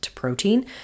protein